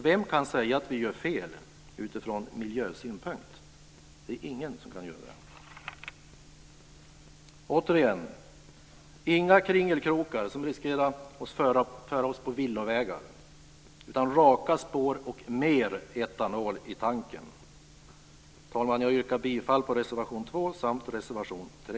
Vem kan då säga att vi gör fel från miljösynpunkt? Ingen kan göra det. Gör alltså inga kringelkrokar som riskerar att föra oss på villovägar! Vi vill ha raka spår och mer etanol i tanken! Fru talman! Jag yrkar bifall till reservation 2 samt reservation 3.